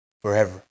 forever